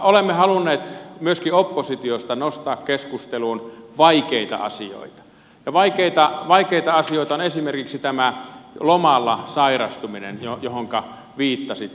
olemme halunneet myöskin oppositiosta nostaa keskusteluun vaikeita asioita ja vaikeita asioita on esimerkiksi tämä lomalla sairastuminen johonka viittasitte